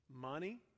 money